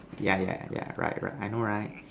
yeah yeah yeah right right I know right